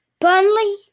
Burnley